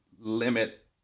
limit